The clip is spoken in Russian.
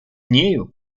нею